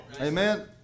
Amen